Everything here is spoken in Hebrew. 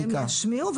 אם ישמיעו,